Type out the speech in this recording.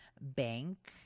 bank